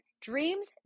Dreams